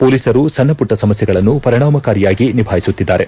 ಪೊಲೀಸರು ಸಣ್ಣ ಪುಟ್ಟ ಸಮಸ್ಯೆಗಳನ್ನು ಪರಿಣಾಮಕಾರಿಯಾಗಿ ನಿಭಾಯಿಸುತ್ತಿದ್ದಾರೆ